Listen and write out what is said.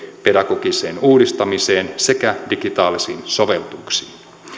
pedagogiseen uudistamiseen sekä digitaalisiin sovellutuksiin